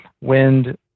Wind